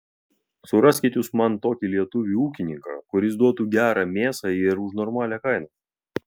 suraskit jūs man tokį lietuvį ūkininką kuris duotų gerą mėsą ir už normalią kainą